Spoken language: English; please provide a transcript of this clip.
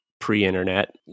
pre-internet